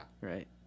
Right